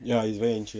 ya he's very anxious